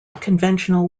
conventional